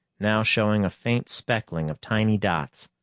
now showing a faint speckling of tiny dots.